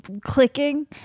clicking